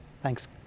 Thanks